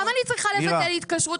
גם אני צריכה לבטל התקשרות.